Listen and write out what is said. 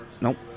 Nope